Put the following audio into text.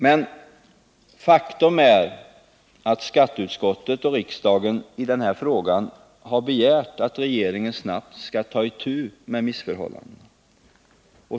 Men faktum är att skatteutskottet och riksdagen i denna fråga har begärt att regeringen snabbt skall ta itu med missförhållandena.